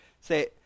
Say